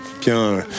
bien